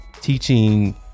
teaching